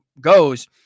goes